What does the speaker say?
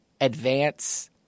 advance